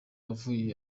avuye